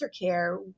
care